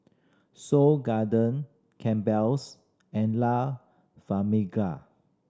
Seoul Garden Campbell's and La